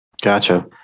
Gotcha